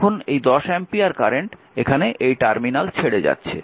এখন এই 10 ampere current এখানে এই টার্মিনাল ছেড়ে যাচ্ছে